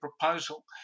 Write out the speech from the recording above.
proposal